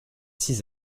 six